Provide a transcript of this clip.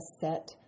set